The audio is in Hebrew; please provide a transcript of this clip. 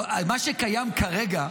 מה שקיים כרגע,